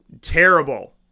terrible